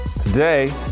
Today